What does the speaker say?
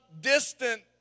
distant